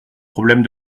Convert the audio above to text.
problème